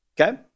okay